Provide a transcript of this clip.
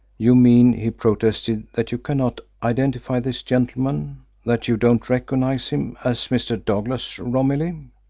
you mean, he protested, that you cannot identify this gentleman that you don't recognise him as mr. douglas romilly?